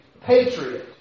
patriot